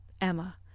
Emma